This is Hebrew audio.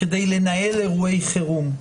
כדי לנהל אירועי חירום.